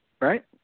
Right